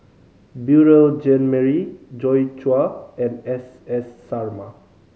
Beurel Jean Marie Joi Chua and S S Sarma